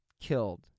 killed